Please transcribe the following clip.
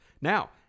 Now